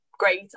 great